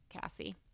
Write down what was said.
Cassie